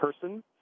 person